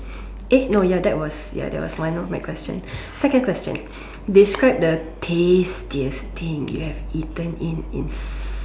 it's no ya that was ya that was one of my question second question describe the tastiest thing you have eaten in ins